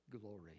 glory